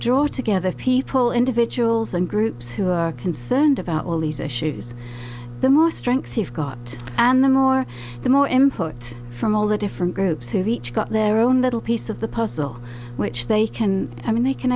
draw together people individuals and groups who are concerned about all these issues the more strength you've got and the more the more imput from all the different groups who have each got their own little piece of the puzzle which they can i mean they can